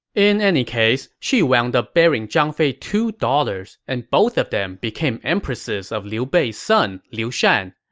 in any case, she wound up bearing zhang fei two daughters, and both of them became empresses of liu bei's son, liu shan.